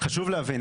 חשוב להבין,